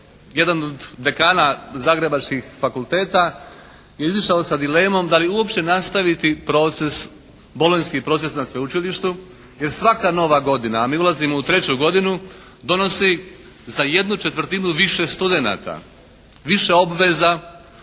jedan od dekana zagrebačkih fakulteta izišao sa dilemom da li uopće nastaviti proces, bolonjski proces na Sveučilištu jer svaka nova godina, a mi ulazimo u treću godinu donosi za ¼ više studenata. Više obveza